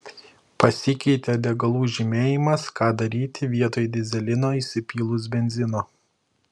pasikeitė degalų žymėjimas ką daryti vietoj dyzelino įsipylus benzino